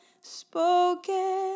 spoken